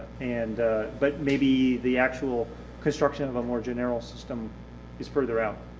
and but maybe the actual construction of a more generic system is farther out.